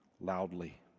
loudly